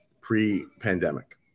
pre-pandemic